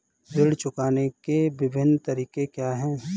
ऋण चुकाने के विभिन्न तरीके क्या हैं?